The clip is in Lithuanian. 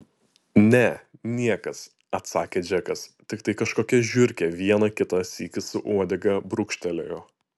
ne niekas atsakė džekas tiktai kažkokia žiurkė vieną kitą sykį su uodega brūkštelėjo